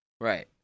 Right